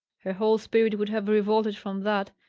her whole spirit would have revolted from that,